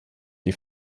die